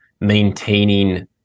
maintaining